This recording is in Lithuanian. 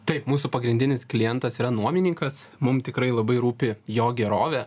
taip mūsų pagrindinis klientas yra nuomininkas mum tikrai labai rūpi jo gerovė